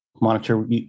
Monitor